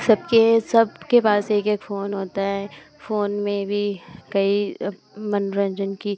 सबके सबके पास एक एक फ़ोन होता है फ़ोन में भी कई अब मनोरन्जन की